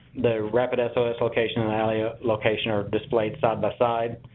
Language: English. the rapid sos location and ali ah location are displayed side by side.